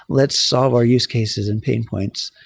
let's solve our use cases and pain points.